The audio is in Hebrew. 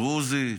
דרוזי,